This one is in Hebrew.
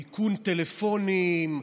איכון טלפונים,